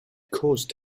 caused